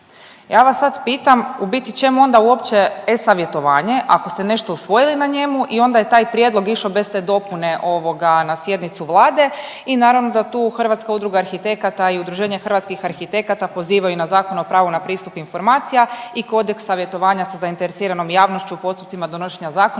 Ja vas sad pitam, u biti, čemu onda uopće e-Savjetovanje ako ste nešto usvojili na njemu i onda je taj prijedlog išao bez te dopune na sjednicu Vlade i naravno da tu Hrvatska udruga arhitekata i Udruženje hrvatskih arhitekata pozivaju na Zakon o pravu na pristup informacija i Kodeks savjetovanja sa zainteresiranom javnošću u postupcima donošenja zakona